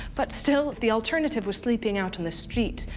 but still, if the alternative was sleeping out on the street,